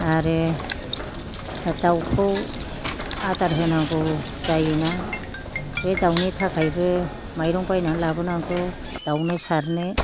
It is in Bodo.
आरो दावखौ आदार होनांगौ जायोना बे दावनि थाखायबो मायरं बायना लाबोनांगौ दावनो सारनो